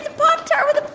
pop-tart with a.